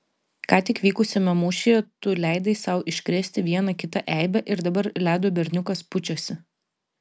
ką tik vykusiame mūšyje tu leidai sau iškrėsti vieną kitą eibę ir dabar ledo berniukas pučiasi